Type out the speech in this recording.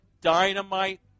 dynamite